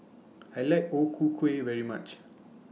I like O Ku Kueh very much